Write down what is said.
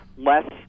less